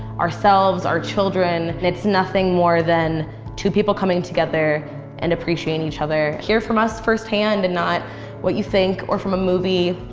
ourselves, our children. it's nothing more than two people coming together and appreciating each other. hear from us firsthand and not what you think or from a movie.